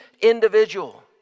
individual